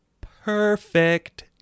Perfect